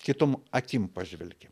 kitom akim pažvelgi